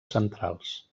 centrals